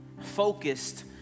focused